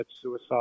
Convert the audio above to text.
suicide